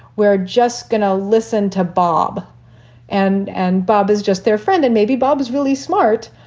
we're just going to listen to bob and and bob is just their friend. and maybe bob is really smart.